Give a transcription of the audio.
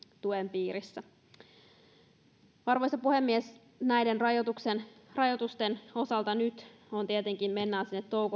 tuen piirissä arvoisa puhemies näiden rajoitusten rajoitusten osalta nyt tietenkin mennään